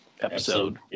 episode